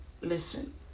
Listen